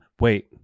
Wait